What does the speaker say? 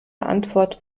antwort